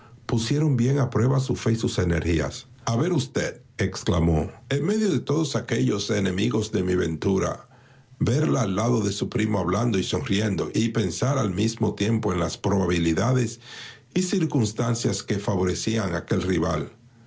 pusieron bien a prueba su fe y sus energías ver a ustedexclamóen medio de todos aquellos enemigos de mi ventura verla al lado de su primo hablando y sonriendo y pensar al mismo tiempo en las probabilidades y circunstancias que favorecían a aquel rival